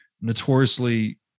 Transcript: notoriously